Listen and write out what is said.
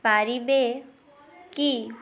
ପାରିବେ କି